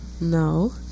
No